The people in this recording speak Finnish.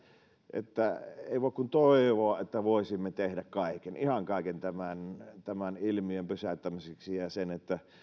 että ei voi kuin toivoa että voisimme tehdä kaiken ihan kaiken tämän tämän ilmiön pysäyttämiseksi ja ja että saataisiin edes